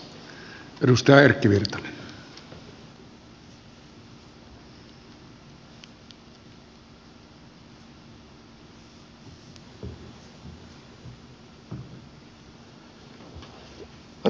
arvoisa puhemies